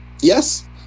Yes